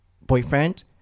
boyfriend